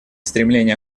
стремление